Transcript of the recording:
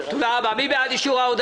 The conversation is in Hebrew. מי בעד אישור?